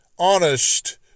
honest